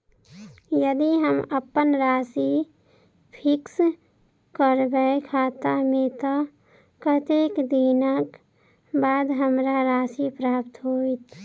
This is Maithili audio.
यदि हम अप्पन राशि फिक्स करबै खाता मे तऽ कत्तेक दिनक बाद हमरा राशि प्राप्त होइत?